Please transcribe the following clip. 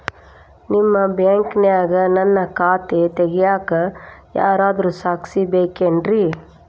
ನಿಮ್ಮ ಬ್ಯಾಂಕಿನ್ಯಾಗ ನನ್ನ ಖಾತೆ ತೆಗೆಯಾಕ್ ಯಾರಾದ್ರೂ ಸಾಕ್ಷಿ ಬೇಕೇನ್ರಿ?